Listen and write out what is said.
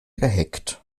gehackt